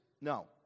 no